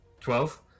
Twelve